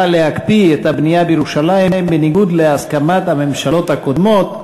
להקפיא את הבנייה בירושלים בניגוד להסכמת הממשלות הקודמות.